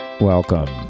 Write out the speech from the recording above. Welcome